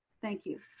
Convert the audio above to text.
thank you.